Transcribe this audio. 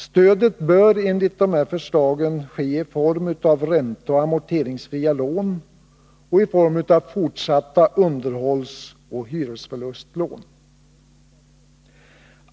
Stödet bör enligt dessa förslag utgöras av ränteoch amorteringsfria lån samt fortsatta underhållsoch hyresförlustlån.